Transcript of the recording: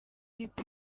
ikipe